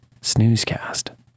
snoozecast